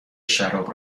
شراب